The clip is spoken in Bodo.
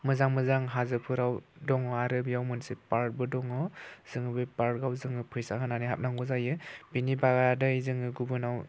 मोजां मोजां हाजोफोराव दङ आरो बेयाव मोनसे पार्कबो दङ जों बे पार्कआव जोङो फैसा होनानै हाबनांगौ जायो बिनि बादै जोङो गुबुनाव